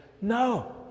no